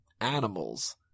animals